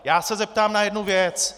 Já se zeptám na jednu věc.